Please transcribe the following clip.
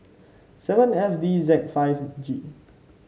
seven F D Z five G